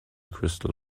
crystal